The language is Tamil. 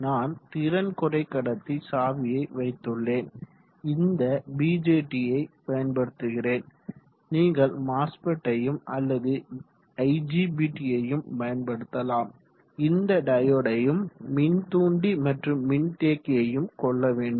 நான் திறன் குறைக்கடத்தி சாவியை வைத்துள்ளேன் இங்கு பிஜெற்றியை பயன்படுத்துகிறேன் நீங்கள் மாஸ்பெட்டையும் அல்லது ஐஜிபிற்றியையும் பயன்படுத்தலாம் இந்த டையோடையும் மின்தூண்டி மற்றும் மின்தேக்கியையும் கொள்ள வேண்டும்